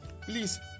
Please